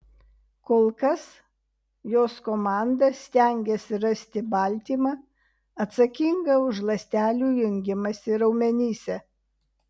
kol kas jos komanda stengiasi rasti baltymą atsakingą už ląstelių jungimąsi raumenyse